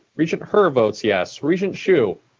regent her votes yes. regent hsu?